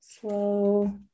slow